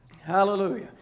Hallelujah